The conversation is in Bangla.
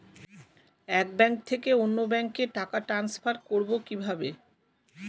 এক ব্যাংক থেকে অন্য ব্যাংকে টাকা ট্রান্সফার করবো কিভাবে?